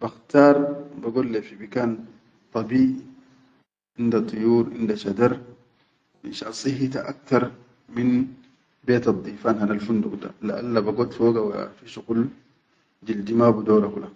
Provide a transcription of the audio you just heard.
bakhtar bagod le fi bikan dabiʼi inda duyur inda shadar, finshan sihhita aktar min betaddifan hanal funduq da, laʼalla bagod foga wa fi shuqul jildi ma bidora kula.